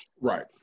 Right